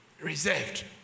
reserved